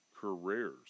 careers